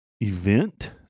event